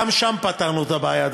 גם שם פתרנו את הבעיה,